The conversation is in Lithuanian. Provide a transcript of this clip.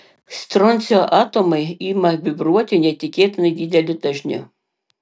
stroncio atomai ima vibruoti neįtikėtinai dideliu dažniu